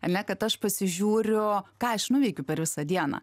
ar ne kad aš pasižiūriu ką aš nuveikiu per visą dieną